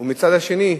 ומצד שני,